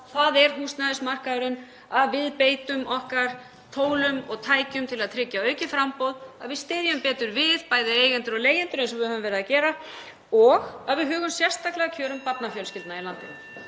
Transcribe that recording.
leggur mesta áherslu á, að við beitum okkar tólum og tækjum til að tryggja aukið framboð á húsnæðismarkaði, að við styðjum betur við bæði eigendur og leigjendur eins og við höfum verið að gera og að við hugum sérstaklega að kjörum barnafjölskyldna í landinu.